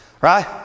Right